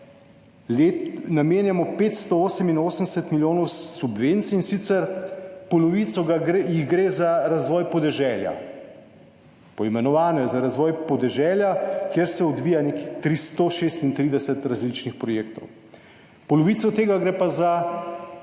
namenjamo 588 milijonov subvencij, in sicer polovico jih gre za razvoj podeželja. Poimenovano je za razvoj podeželja, kjer se odvija nekih 336 različnih projektov, polovico tega gre pa za